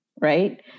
right